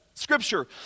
Scripture